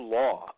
law